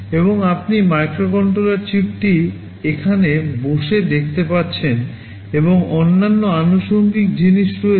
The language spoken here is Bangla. এবং আপনি মাইক্রোকন্ট্রোলার চিপটি এখানে বসে দেখতে পাচ্ছেন এবং অন্যান্য আনুষাঙ্গিক জিনিস রয়েছে